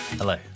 Hello